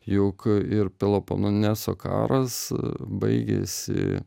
juk ir peloponeso karas baigėsi